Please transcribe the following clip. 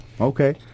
okay